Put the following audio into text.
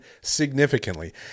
significantly